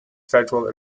federal